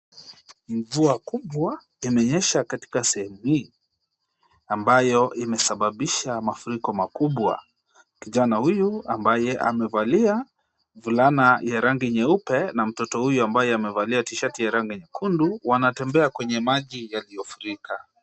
Mvua kubwa imenyesha katika sehemu hii, ambayo imesababisha mafuriko makubwa. Kijana huyu ambaye amevalia fulana ya rangi nyeupe, na mtoto huyu ambaye amevalia tshati ya rangi nyekundu wanatembea kwenye maji yaliyofurika.